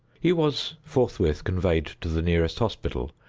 he was forthwith conveyed to the nearest hospital,